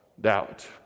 doubt